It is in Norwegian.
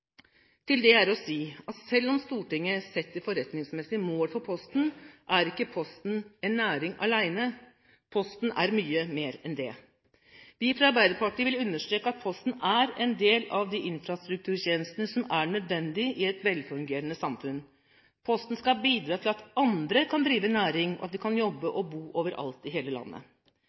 Til det er å si at selv om Stortinget setter forretningsmessige mål for Posten, er ikke Posten en næring alene. Posten er mye mer enn det. Vi fra Arbeiderpartiet vil understreke at Posten er en del av de infrastrukturtjenestene som er nødvendige i et velfungerende samfunn. Posten skal bidra til at andre kan drive næring, og at vi kan jobbe og bo overalt i hele landet.